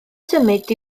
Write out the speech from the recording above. symud